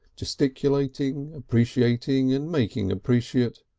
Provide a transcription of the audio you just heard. gesticulating, appreciating and making appreciate,